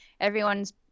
everyone's